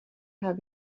having